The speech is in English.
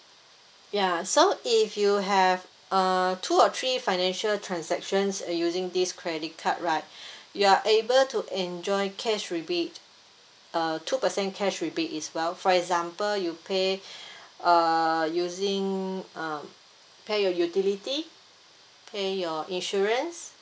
ya so if you have uh two or three financial transactions using this credit card right you are able to enjoy cash rebate uh two percent cash rebate as well for example you pay uh using um pay your utility pay your insurance